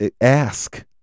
ask